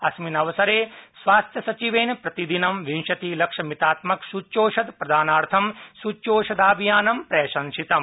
अस्मिन् अवसरे स्वास्थ्यसचिवेन प्रतिदिन विंशति लक्षमितात्मक सूच्यौषधप्रदानाथं सूच्यौषधाभियानं प्रशंसितम्